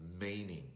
meaning